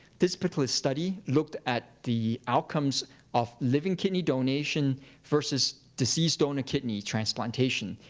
this particular study looked at the outcomes of living kidney donation versus deceased donor kidney transplantation,